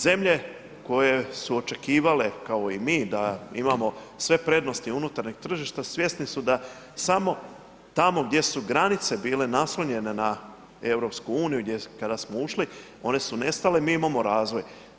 Zemlje koje su očekivale kao i mi da imamo sve prednosti unutarnjeg tržišta svjesni su da samo tamo gdje su granice bile naslonjene na EU kada smo ušli one su nestale, mi imamo razvoj.